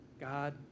God